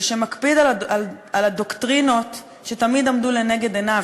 ושמקפיד על הדוקטרינות שתמיד עמדו לנגד עיניו,